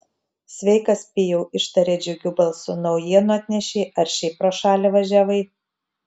sveikas pijau ištarė džiugiu balsu naujienų atnešei ar šiaip pro šalį važiavai